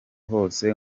hose